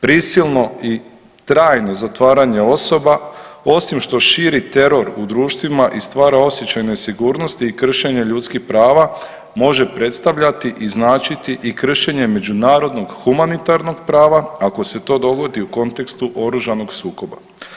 Prisilno i trajno zatvaranje osoba osim što širi teror u društvima i stvara osjećaj nesigurnosti i kršenje ljudskih prava može predstavljati i značiti i kršenje međunarodnog humanitarnog prava ako se to dogodi u kontekstu oružanog sukoba.